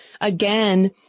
again